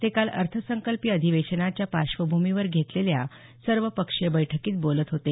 ते काल अर्थसंकल्पीय अधिवेशनाच्या पार्श्वभूमीवर घेतलेल्या सर्वपक्षीय बैठकीत बोलत होते